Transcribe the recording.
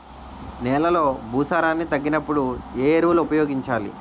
నెలలో భూసారాన్ని తగ్గినప్పుడు, ఏ ఎరువులు ఉపయోగించాలి?